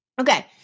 Okay